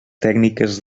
tècniques